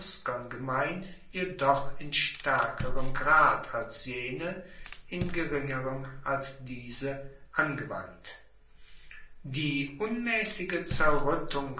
gemein jedoch in staerkerem grad als jene in geringerem als diese angewandt die